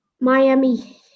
Miami